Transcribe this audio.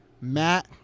matt